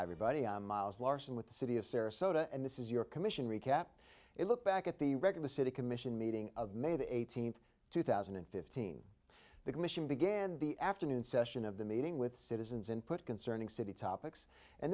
everybody i'm miles larson with the city of sarasota and this is your commission recap it look back at the wreck of the city commission meeting of may the eighteenth two thousand and fifteen the commission began the afternoon session of the meeting with citizens input concerning city topics and